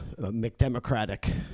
McDemocratic